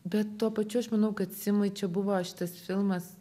bet tuo pačiu aš manau kad simui čia buvo šitas filmas